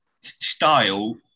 style